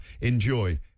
enjoy